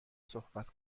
صحبت